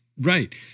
Right